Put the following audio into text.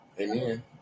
Amen